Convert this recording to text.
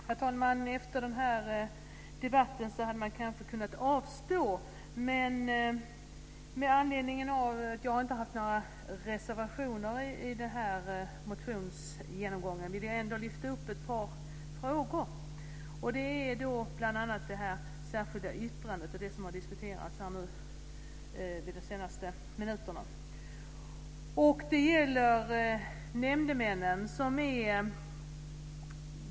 Herr talman! Efter den här debatten hade man kanske kunnat avstå, men med anledning av att jag inte har haft några reservationer när det gäller den här motionsgenomgången vill jag ändå lyfta upp ett par frågor. Det är bl.a. det här särskilda yttrandet och det som har diskuterats under de senaste minuterna. Det gäller nämndemännen.